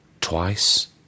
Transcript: twice